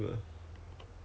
台湾的 ah 新的 ah